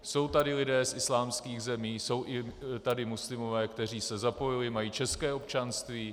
Jsou tady lidé z islámských zemí, jsou i tady muslimové, kteří se zapojili, mají české občanství.